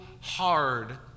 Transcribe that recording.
hard